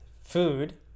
food